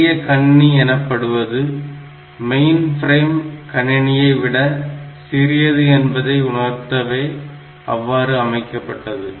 சிறியகணினி எனப்படுவது மெயின்பிரேம் கணினியை விட சிறியது என்பதை உணர்த்தவே அவ்வாறு அமைக்கப்பட்டது